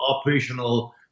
operational